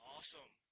Awesome